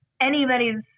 anybody's